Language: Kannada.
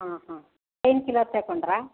ಹಾಂ ಹಾಂ ಪೈನ್ ಕಿಲ್ಲರ್ ತಗೊಂಡ್ರ